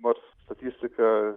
nors statistika